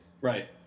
Right